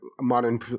modern